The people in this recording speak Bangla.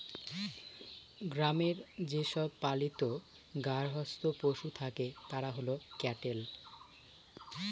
গ্রামে যে সব পালিত গার্হস্থ্য পশু থাকে তারা হল ক্যাটেল